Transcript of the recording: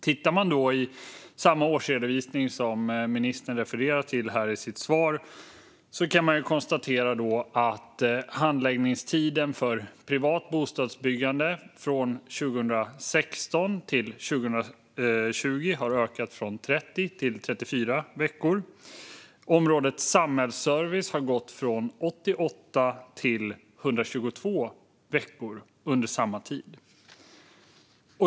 Tittar man i samma årsredovisning som ministern refererar till i sitt svar kan man konstatera att handläggningstiden för privat bostadsbyggande från 2016 till 2020 har ökat från 30 till 34 veckor. På området samhällsservice har det gått från 88 till 122 veckor under samma tid.